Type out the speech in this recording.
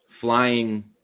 flying